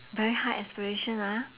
very high aspiration ah